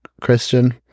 Christian